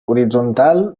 horitzontal